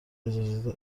اجازه